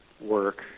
work